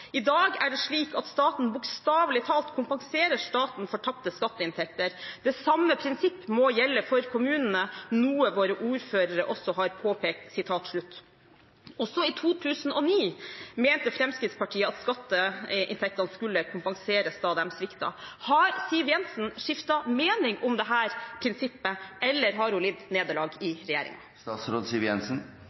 staten bokstavelig talt kompenserer staten for tapte skatteinntekter. Det samme prinsipp må gjelde for kommunene, noe våre ordførere også har påpekt.» Også i 2009 mente Fremskrittspartiet at skatteinntektene skulle kompenseres da de sviktet. Har Siv Jensen skiftet mening om dette prinsippet, eller har hun lidd nederlag i